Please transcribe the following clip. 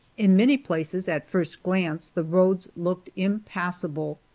in many places, at first glance, the roads looked impassable.